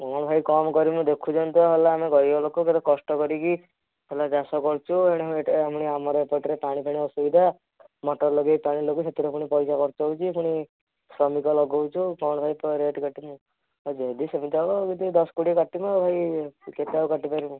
କଣ ଭାଇ କମ୍ କରିବୁ ଦେଖୁଛନ୍ତି ତ ହେଲା ଆମେ ଗରିବ ଲୋକ କେତେ କଷ୍ଟ କରିକି ହେଲା ଚାଷ କରୁଛୁ ଏଣୁ ଆମର ଏପଟେ ପାଣିଫାଣି ଅସୁବିଧା ମଟର ଲଗେଇ ପାଣି ଦେବୁ ସେଥିରେ ପୁଣି ପଇସା ଖର୍ଚ୍ଚ ହେଉଛି ପୁଣି ଶ୍ରମିକ ଲଗାଉଛୁ କଣ ଭାଇ ରେଟ୍ କାଟିମି ଏ ଯଦି ସେମିତି ହେବ ଏମିତି ଦଶ କୋଡ଼ିଏ କାଟିମି ଏଇ କେତେ ଆଉ କାଟିପାରିମି